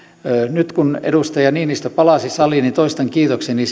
nyt kun edustaja niinistö palasi saliin toistan kiitokseni